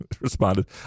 responded